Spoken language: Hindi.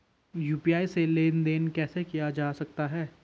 यु.पी.आई से लेनदेन कैसे किया जा सकता है?